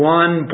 one